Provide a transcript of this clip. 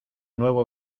nuevo